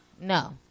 No